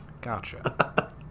Gotcha